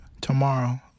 tomorrow